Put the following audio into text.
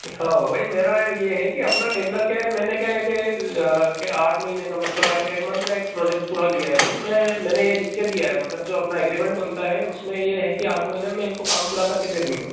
हाँ वही मेरा ये है कि अपना टेंडर क्या है मैंने क्या है कि आठ महीने का मतलब एट मंथ का एक प्रोजेक्ट पूरा लिया है मैं मैंने ये लिख के दिया है मतलब जो अपना एग्रीमेंट बनता है उसमें ये है कि आठ महीने में इनको काम पूरा करके दे दूँगा